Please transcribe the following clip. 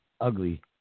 ugly